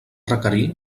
requerir